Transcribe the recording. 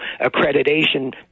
accreditation